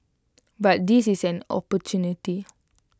but this is an opportunity